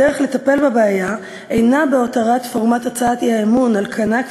הדרך לטפל בבעיה אינה בהותרת פורמט הצעת האי-אמון על כנו,